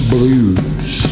Blues